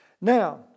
now